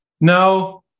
No